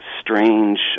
strange